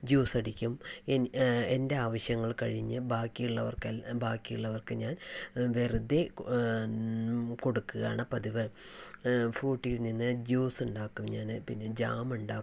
ജ്യൂസടിക്കും എൻ്റെ ആവശ്യങ്ങൾ കഴിഞ്ഞ് ബാക്കിയുള്ളവർക്ക് ബാക്കിയുള്ളവർക്ക് ഞാൻ വെറുതെ കൊടുക്കുകയാണ് പതിവ് ഫ്രൂട്ടിയിൽ നിന്ന് ജ്യൂസ് ഉണ്ടാക്കും ഞാൻ പിന്നെ ജാം ഉണ്ടാക്കും